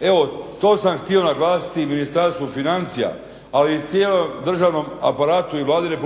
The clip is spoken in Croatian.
Evo to sam htio naglasiti Ministarstvu financija ali i cijelom državnom aparatu i Vladi RH